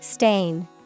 Stain